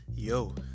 Yo